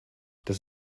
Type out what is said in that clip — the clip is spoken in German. das